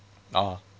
oh